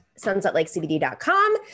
sunsetlakecBD.com